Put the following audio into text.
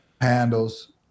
handles